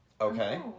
okay